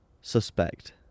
suspect